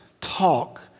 talk